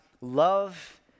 love